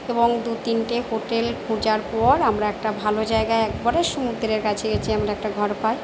এবং দু তিনটে হোটেল খোঁজার পর আমরা একটা ভালো জায়গায় একেবারে সমুদ্রের কাছাকাছি আমরা একটা ঘর পাই